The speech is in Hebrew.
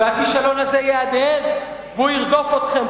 הכישלון הזה יהדהד והוא ירדוף אתכם,